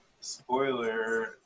spoiler